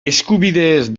eskubideez